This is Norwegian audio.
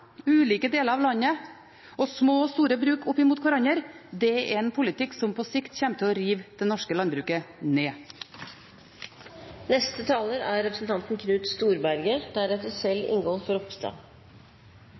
ulike produksjonsformer i ulike deler av landet og små og store bruk opp mot hverandre, er en politikk som på sikt kommer til å rive det norske landbruket